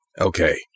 Okay